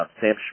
Sam